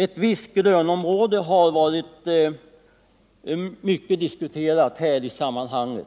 Ett visst grönområde har varit mycket diskuterat i detta sammanhang.